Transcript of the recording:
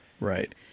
Right